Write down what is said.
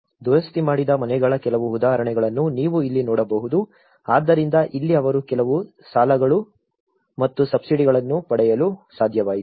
ದುರಸ್ತಿ ಮಾಡಿದ ಮನೆಗಳ ಕೆಲವು ಉದಾಹರಣೆಗಳನ್ನು ನೀವು ಇಲ್ಲಿ ನೋಡಬಹುದು ಆದ್ದರಿಂದ ಇಲ್ಲಿ ಅವರು ಕೆಲವು ಸಾಲಗಳು ಮತ್ತು ಸಬ್ಸಿಡಿಗಳನ್ನು ಪಡೆಯಲು ಸಾಧ್ಯವಾಯಿತು